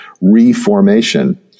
reformation